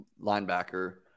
linebacker